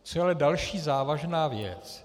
Co je ale další závažná věc?